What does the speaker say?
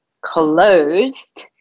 closed